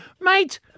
Mate